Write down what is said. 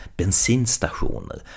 bensinstationer